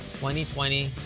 2020